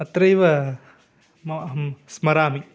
अत्रैव म अहं स्मरामि